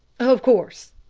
of course.